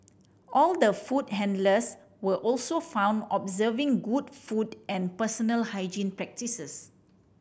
all the food handlers were also found observing good food and personal hygiene practices